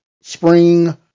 Spring